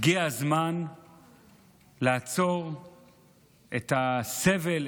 הגיע הזמן לעצור את הסבל,